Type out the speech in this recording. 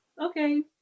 okay